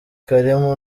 karim